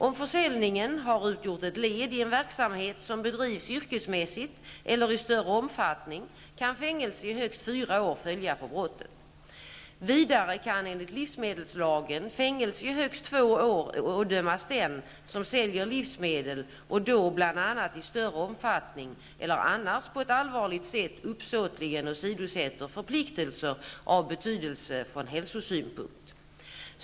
Om försäljningen har utgjort ett led i en verksamhet som bedrivs yrkesmässigt eller i större omfattning kan fängelse i högst fyra år följa på brottet. Vidare kan enligt livsmedelslagen fängelse i högst två år ådömas den som säljer livsmedel och då bl.a. i större omfattning eller annars på ett allvarligt sätt uppsåtligen åsidosätter förpliktelser av betydelse från hälsosynpunkt.